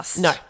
No